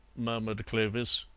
murmured clovis.